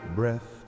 breath